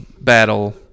battle